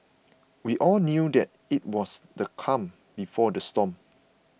we all knew that it was the calm before the storm